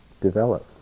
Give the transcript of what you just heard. develop